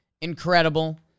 incredible